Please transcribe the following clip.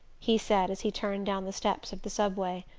he said as he turned down the steps of the subway.